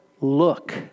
look